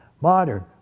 modern